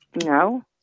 No